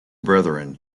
brethren